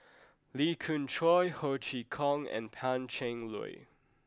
Lee Khoon Choy Ho Chee Kong and Pan Cheng Lui